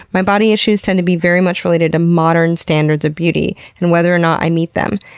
my body issues tend to be very much related to modern standards of beauty and whether or not i meet them.